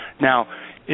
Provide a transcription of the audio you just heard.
Now